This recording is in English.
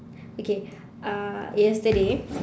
okay uh yesterday